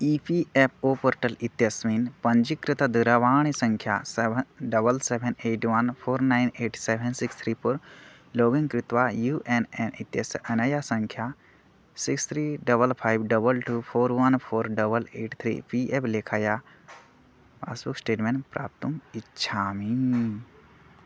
E P F O portal इत्यस्मिन् पञ्जीकृतदूरवाणीसङ्ख्या seven double seven eight one four nine eight seven six three four login कृत्वा U A N इत्यस्य अनया सङ्ख्या six three double five double two four one four double eight three P F लेखया passbook statement प्राप्तुम् इच्छामि